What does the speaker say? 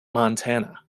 montana